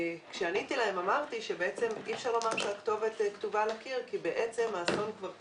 עניתי להם שאי-אפשר לומר שהכתובת כתובה על הקיר כי האסון כבר קרה.